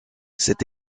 cet